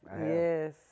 yes